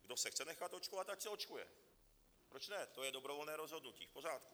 Kdo se chce nechat očkovat, ať se očkuje, proč ne, to je dobrovolné rozhodnutí, v pořádku.